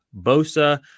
Bosa